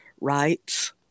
rights